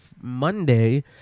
Monday